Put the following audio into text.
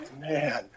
man